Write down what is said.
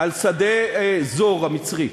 על שדה Zohr, המצרי.